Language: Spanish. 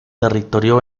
territorio